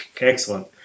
Excellent